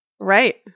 Right